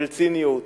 של ציניות,